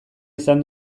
izan